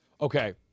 Okay